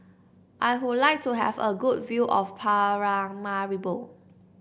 I would like to have a good view of Paramaribo